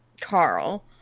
Carl